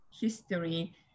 history